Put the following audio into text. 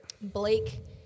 Blake